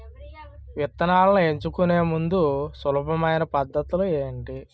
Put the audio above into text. విత్తనాలను ఎంచుకునేందుకు సులభమైన పద్ధతులు ఏంటి?